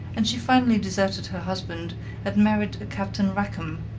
and she finally deserted her husband and married a captain rackham,